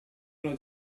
una